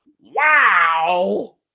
Wow